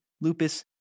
lupus